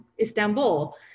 Istanbul